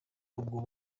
ubwo